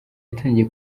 yatangiye